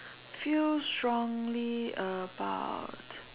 feel strongly about